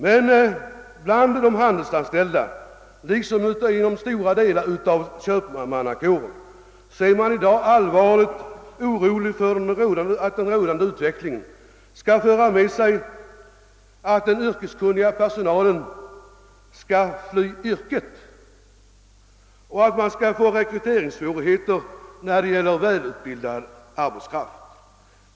Men bland de handelsanställda liksom inom stora delar av köpmannakå ren är man i dag allvarligt orolig över att den rådande utvecklingen skall medföra, att den yrkeskunniga personalen flyr yrket och att det uppstår svårigheter att rekrytera välutbildad arbetskraft.